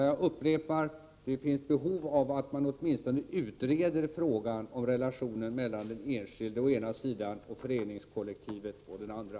Jag upprepar att det finns behov av att man åtminstone utreder frågan om relationen mellan den enskilde å ena sidan och föreningskollektivet å den andra.